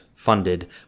funded